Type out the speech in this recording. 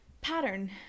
pattern